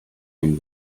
been